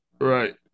Right